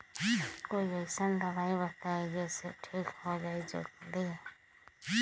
कोई अईसन दवाई बताई जे से ठीक हो जई जल्दी?